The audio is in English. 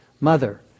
mother